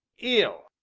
ill,